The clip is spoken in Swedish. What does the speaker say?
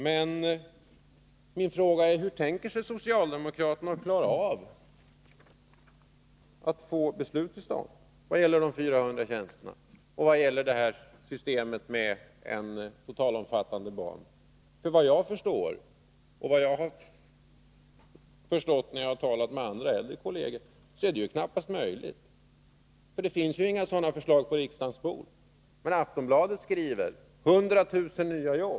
Men min fråga är: Hur tänker socialdemokraterna klara av att få beslut till stånd vad gäller de 400 tjänsterna och det totalomfattande BANU-systemet? Efter vad jag förstått när jag talat med äldre kolleger är det knappast möjligt. Det finns ju inga sådana förslag på riksdagens bord. Men Aftonbladet skriver: 100 000 nya jobb.